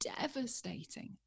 devastating